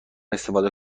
استفاده